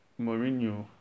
Mourinho